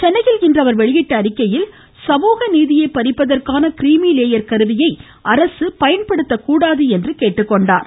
சென்னையில் இன்று அவர் வெளியிட்டுள்ள அறிக்கையில் சமூகநீதியை பறிப்பதற்கான கிரிமிலேயர் கருவியை அரசு பயன்படுத்தக்கூடாது என்றும் குறிப்பிட்டார்